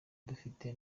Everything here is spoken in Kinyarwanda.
dufite